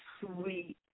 sweet